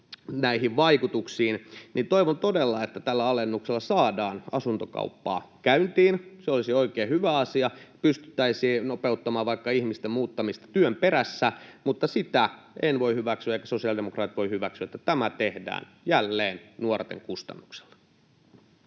näihin vaikutuksiin, niin toivon todella, että tällä alennuksella saadaan asuntokauppaa käyntiin. Se olisi oikein hyvä asia, pystyttäisiin nopeuttamaan vaikka ihmisten muuttamista työn perässä. Mutta sitä en voi hyväksyä eivätkä sosiaalidemokraatit voi hyväksyä, että tämä tehdään jälleen nuorten kustannuksella.